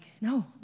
no